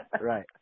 Right